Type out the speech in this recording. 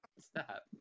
Stop